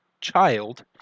child